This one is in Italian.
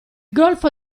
golfo